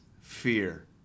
fear